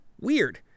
Weird